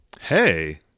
hey